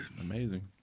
amazing